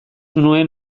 nuen